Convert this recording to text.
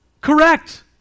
Correct